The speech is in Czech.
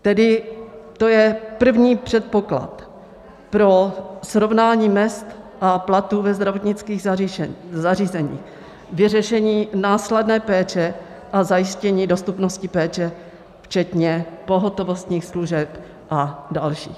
Tedy to je první předpoklad pro srovnání mezd a platů ve zdravotnických zařízeních, vyřešení následné péče a zajištění dostupnosti péče včetně pohotovostních služeb a další.